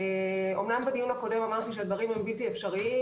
אומנם בדיון הקודם אמרתי שהדברים הם בלתי אפשריים,